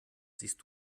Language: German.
siehst